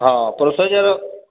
हा प्रोसेजर